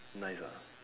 nice ah